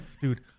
dude